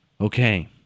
Okay